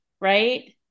right